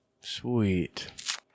Sweet